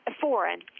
foreign